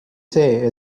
see